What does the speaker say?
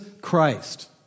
Christ